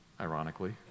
Ironically